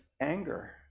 anger